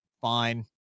Fine